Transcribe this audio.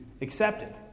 accepted